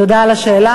תודה על השאלה,